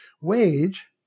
wage